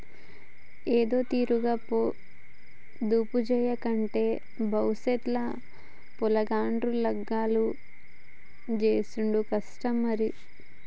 ఏదోతీరుగ పొదుపుజేయకుంటే బవుసెత్ ల పొలగాండ్ల లగ్గాలు జేసుడు కష్టం మరి